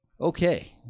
okay